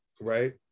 Right